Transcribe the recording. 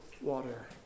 water